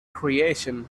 creation